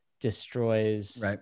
destroys